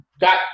got